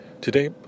Today